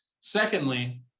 secondly